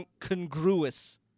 congruous